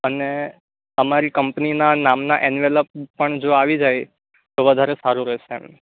અને આમારી કંપનીનાં નામનાં એનવલ્પ પણ જો આવી જાય તો વધારે સારું રહેશે એમ